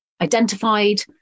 identified